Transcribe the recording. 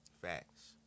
Facts